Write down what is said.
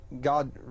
God